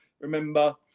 remember